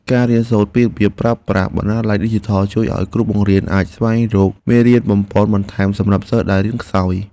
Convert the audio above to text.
ការរៀនសូត្រពីរបៀបប្រើប្រាស់បណ្ណាល័យឌីជីថលជួយឱ្យគ្រូបង្រៀនអាចស្វែងរកមេរៀនបំប៉នបន្ថែមសម្រាប់សិស្សដែលរៀនខ្សោយ។